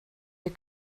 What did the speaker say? wir